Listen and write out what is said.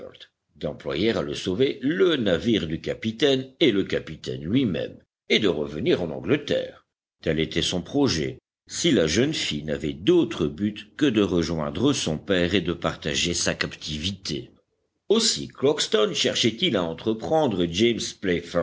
d'employer à le sauver le navire du capitaine et le capitaine lui-même et de revenir en angleterre tel était son projet si la jeune fille n'avait d'autre but que de rejoindre son père et de partager sa captivité aussi crockston cherchait-il à entreprendre james